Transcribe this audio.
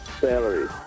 Salary